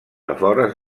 afores